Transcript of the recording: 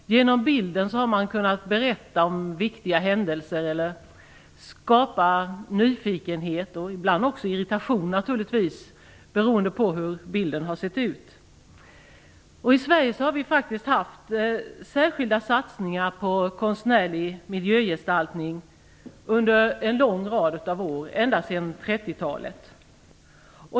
Genom bilden har man kunnat berätta om viktiga händelser eller skapat nyfikenhet och ibland också irritation, beroende på hur bilden har sett ut. I Sverige har vi faktiskt gjort särskilda satsningar på konstnärlig miljögestaltning under en lång rad av år, ända sedan 30-talet.